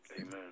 Amen